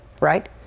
right